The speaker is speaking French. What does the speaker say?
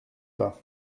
pas